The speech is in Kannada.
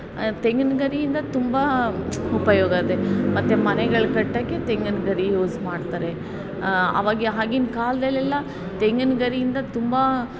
ತೆಂಗಿನ ಗರಿಯಿಂದ ತುಂಬ ಉಪಯೋಗವಿದೆ ಮತ್ತು ಮನೆಗಳ ಕಟ್ಟೋಕ್ಕೆ ತೆಂಗಿನ ಗರಿ ಯೂಸ್ ಮಾಡ್ತಾರೆ ಅವಾಗ ಆಗಿನ ಕಾಲದಲ್ಲೆಲ್ಲಾ ತೆಂಗಿನ ಗರಿಯಿಂದ ತುಂಬ